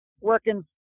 working